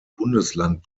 bundesland